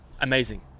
amazing